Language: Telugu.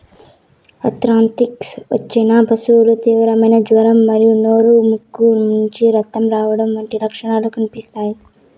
ఆంత్రాక్స్ వచ్చిన పశువుకు తీవ్రమైన జ్వరం మరియు నోరు, ముక్కు నుంచి రక్తం కారడం వంటి లక్షణాలు కనిపిస్తాయి